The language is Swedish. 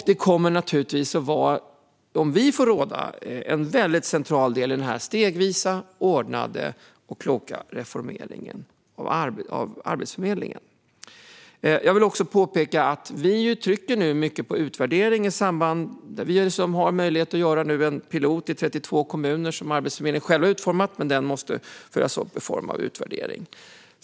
Det kommer naturligtvis, om vi får råda, att vara en väldigt central del i den stegvisa, ordnade och kloka reformeringen av Arbetsförmedlingen. Jag vill också påpeka att vi nu trycker mycket på utvärdering. Vi har möjlighet att göra en pilotundersökning i 32 kommuner som Arbetsförmedlingen själv utformat men som måste följas upp i form av utvärdering.